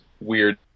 weird